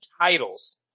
titles